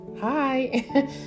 Hi